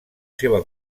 seva